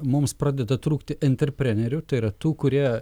mums pradeda trūkti interprenerių tai yra tų kurie